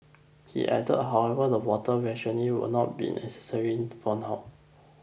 he added however that water rationing will not be necessary for now